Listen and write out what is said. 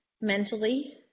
mentally